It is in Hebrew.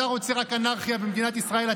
אתה רוצה רק אנרכיה במדינת ישראל.